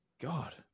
God